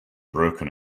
broken